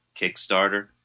Kickstarter